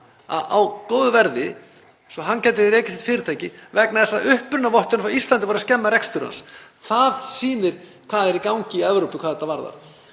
á góðu verði svo hann gæti rekið sitt fyrirtæki vegna þess að upprunavottun frá Íslandi var að skemma rekstur hans. Það sýnir hvað er í gangi í Evrópu hvað þetta varðar.